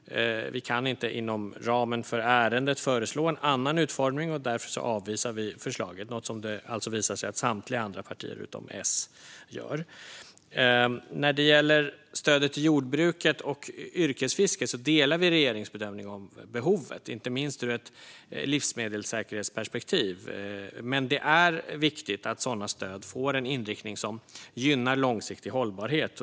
Vi kan inte inom ramen för ärendet föreslå en annan utformning och avvisar därför förslaget, något som det alltså visar sig att samtliga andra partier utom S gör. När det gäller stödet till jordbruket och yrkesfisket delar vi regeringens bedömning om behovet, inte minst ur ett livsmedelssäkerhetsperspektiv. Men det är viktigt att sådana stöd får en inriktning som gynnar långsiktig hållbarhet.